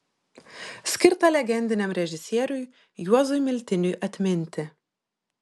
skirta legendiniam režisieriui juozui miltiniui atminti